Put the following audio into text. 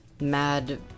Mad